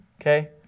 Okay